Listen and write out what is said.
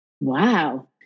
Wow